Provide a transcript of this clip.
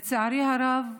לצערי הרב,